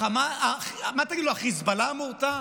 מה תגידו, החיזבאללה מורתע?